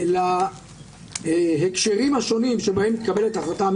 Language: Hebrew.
אני מנסה להבין את הצעתו של פרופ'